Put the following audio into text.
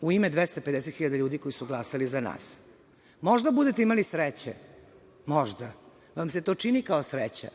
u ime 250.000 ljudi koji su glasali za nas. Možda budete imali sreće, možda vam se to čini kao sreća,